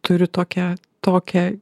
turiu tokią tokią